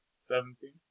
Seventeen